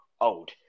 old